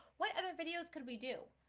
what other videos could we do?